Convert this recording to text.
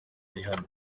rihanna